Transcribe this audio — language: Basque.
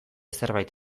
zerbait